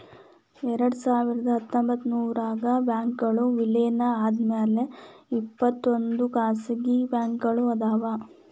ಎರಡ್ಸಾವಿರದ ಹತ್ತೊಂಬತ್ತರಾಗ ಬ್ಯಾಂಕ್ಗಳ್ ವಿಲೇನ ಆದ್ಮ್ಯಾಲೆ ಇಪ್ಪತ್ತೊಂದ್ ಖಾಸಗಿ ಬ್ಯಾಂಕ್ಗಳ್ ಅದಾವ